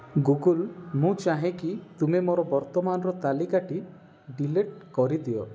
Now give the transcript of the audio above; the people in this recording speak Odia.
ଗୁଗୁଲ୍ ମୁଁ ଚାହେଁ କି ତୁମେ ମୋର ବର୍ତ୍ତମାନର ତାଲିକାଟି ଡିଲିଟ୍ କରିଦିଅ